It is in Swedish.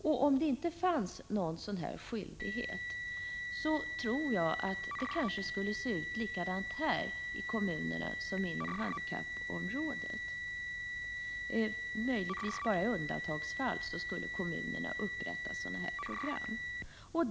Om det inte fanns någon sådan skyldighet, tror jag att det skulle se ut likadant här i kommunerna som inom handikappområdet. Bara i undantagsfall skulle kommunerna upprätta sådana program.